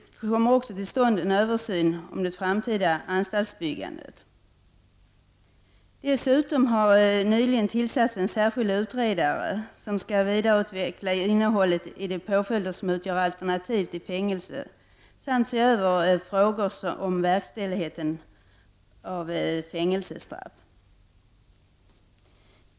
En översyn av det framtida anstaltsbyggandet kommer också till stånd. Dessutom har nyligen tillsatts en särskild utredare som skall vidareutveckla innehållet i de påföljder som utgör alternativ till fängelse samt se över frågor om verkställigheten.